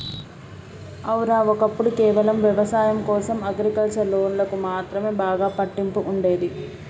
ఔర, ఒక్కప్పుడు కేవలం వ్యవసాయం కోసం అగ్రికల్చర్ లోన్లకు మాత్రమే బాగా పట్టింపు ఉండేది